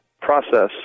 process